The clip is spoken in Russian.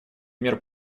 мер